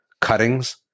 cuttings